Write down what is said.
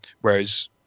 whereas